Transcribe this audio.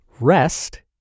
Rest